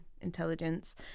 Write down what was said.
intelligence